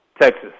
Texas